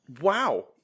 wow